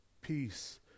peace